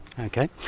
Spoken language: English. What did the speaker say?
Okay